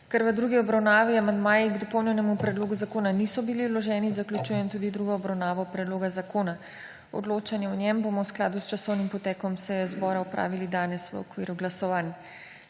Ker v drugi obravnavi amandmaji k dopolnjenemu predlogu zakona niso bili vloženi, zaključujem tudi drugo obravnavo predloga zakona. Odločanje o njem bomo v skladu s časovnim potem seje zbora opravili danes v okviru glasovanj.